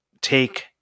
take